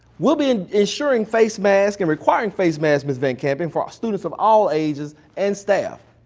we'll be and ensuring face masks and requiring face masks, miss vancampen for our students of all ages and staff.